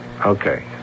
Okay